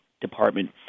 department